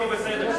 נו, בסדר.